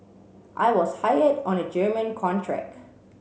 I was hired on a German contract